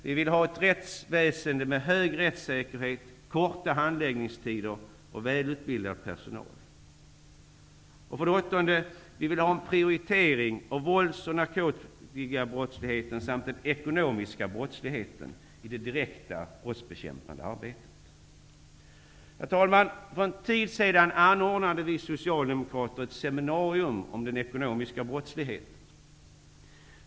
Vi vill ha ett rättsväsende med hög rättssäkerhet, korta handläggningstider och välutbildad personal. Vi vill ha en prioritering av vålds och narkotikabrottsligheten samt den ekonomiska brottsligheten i det direkta brottsbekämpande arbetet. Herr talman! För en tid sedan anordnade vi socialdemokrater ett seminarium om den ekonomiska brottsligheten.